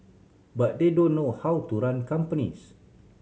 but they don't know how to run companies